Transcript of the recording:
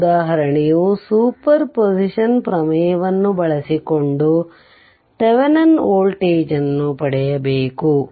ಈ ಉದಾಹರಣೆಯು superposition ಪ್ರಮೇಯವನ್ನು ಬಳಸಿಕೊಂಡು ಥೆವೆನಿನ್ ವೋಲ್ಟೇಜ್ ಅನ್ನು ಪಡೆಯಬೇಕು